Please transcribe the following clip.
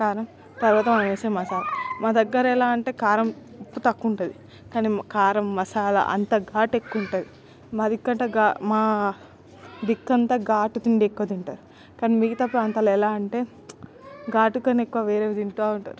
కారం తర్వాత మనమేసే మసాల నా దగ్గరెలా అంటే కారం ఉప్పు తక్కువుంటుంది కాని కారం మసాల అంత ఘాటెక్కువుంటుంది మాదిక్కట ఘా మా దిక్కంత ఘాటు తిండెక్కువ తింటరు కాని మిగతా ప్రాంతాల్లో ఎలా అంటే ఘాటు కన్న వేరేవి తింటా ఉంటరు